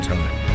Time